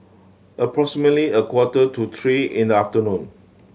approximately a quarter to three in the afternoon